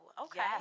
Okay